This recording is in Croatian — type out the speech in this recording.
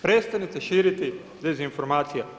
Prestanite širiti dezinformacije.